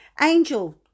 Angel